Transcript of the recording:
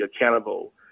accountable